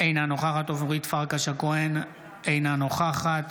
אינה נוכחת אורית פרקש הכהן, אינה נוכחת